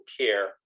care